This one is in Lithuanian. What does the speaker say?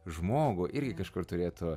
žmogų irgi kažkur turėtų